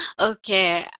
okay